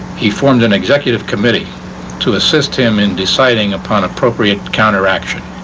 he formed an executive committee to assist him in deciding upon appropriate counteraction.